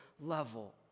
level